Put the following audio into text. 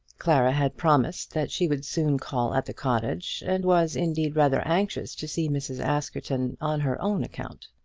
clara had promised that she would soon call at the cottage, and was, indeed, rather anxious to see mrs. askerton on her own account.